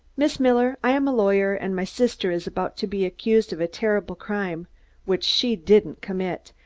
miss miller. i am a lawyer, and my sister is about to be accused of a terrible crime which she didn't commit.